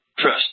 Trust